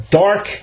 dark